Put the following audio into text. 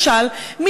למשל,